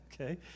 Okay